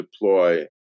deploy